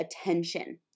attention